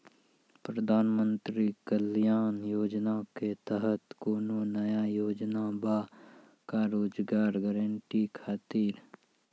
प्रधानमंत्री कल्याण योजना के तहत कोनो नया योजना बा का रोजगार गारंटी खातिर?